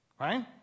Right